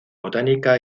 botánica